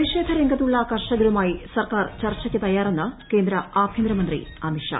പ്രതിഷേധരംഗത്തുള്ളു കർഷകരുമായി സർക്കാർ ചർച്ചയ്ക്ക് തയ്യാറെന്ന് കേന്ദ്ര ആഭ്യന്തര മന്ത്രി അമിത് ഷാ